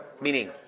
meaning